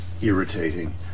irritating